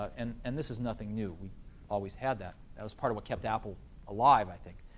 and and this is nothing new. we always had that. that was part of what kept apple alive, i think.